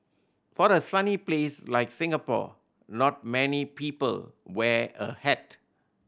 for a sunny place like Singapore not many people wear a hat